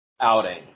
outing